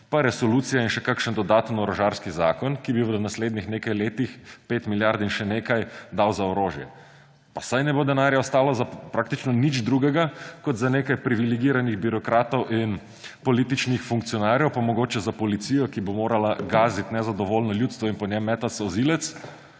pa resolucija in še kakšen dodaten orožarski zakon, ki bi v naslednjih nekaj letih 5 milijard in še nekaj dal za orožje. Pa saj ne bo denarja ostalo praktično za nič drugega kot za nekaj privilegiranih birokratov in političnih funkcionarjev, pa mogoče za policijo, ki bo morala gaziti nezadovoljno ljudstvo in po njem metati solzivec.